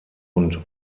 und